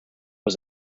was